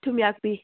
ꯊꯨꯝꯌꯥꯛꯄꯤ